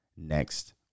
Next